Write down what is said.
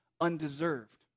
undeserved